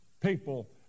people